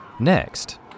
Next